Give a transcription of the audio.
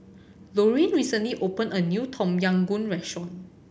Loraine recently opened a new Tom Yam Goong restaurant